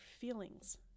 feelings